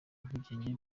ubwigenge